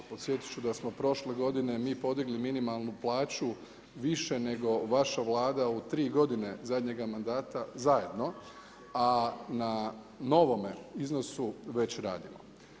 Podsjetit ću da smo prošle godine mi podigli minimalnu plaću više nego vaša Vlada u 3 godine zadnjega mandata zajedno a na novome iznosu već radimo.